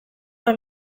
bat